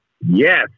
yes